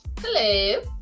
Hello